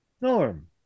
Norm